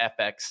FX